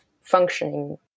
functioning